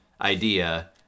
idea